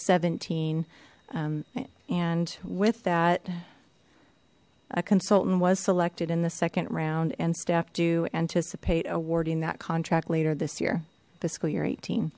seventeen and with that a consultant was selected in the second round and staff do anticipate awarding that contract later this year fiscal year eighteen